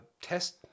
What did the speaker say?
Test